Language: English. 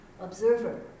observer